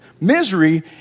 misery